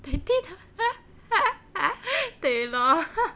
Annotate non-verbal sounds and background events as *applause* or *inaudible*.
they did *laughs* 对 lor